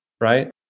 right